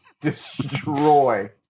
destroy